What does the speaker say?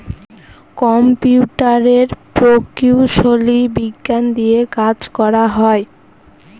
কম্পিউটারের প্রকৌশলী বিজ্ঞান দিয়ে কাজ করা হয়